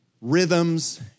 rhythms